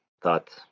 thoughts